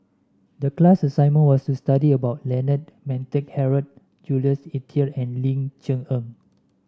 the class assignment was to study about Leonard Montague Harrod Jules Itier and Ling Cher Eng